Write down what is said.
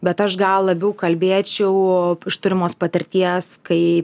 bet aš gal labiau kalbėčiau iš turimos patirties kai